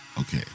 Okay